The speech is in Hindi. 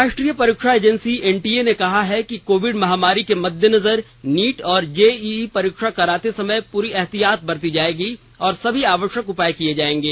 राष्ट्रीय परीक्षा एजेंसी एनटीए ने कहा है कि कोविड महामारी के मद्देनजर नीट और जेईई परीक्षा कराते समय पूरी ऐहतियात बरती जाएगी और सभी आवश्यक उपाए किए जाएगे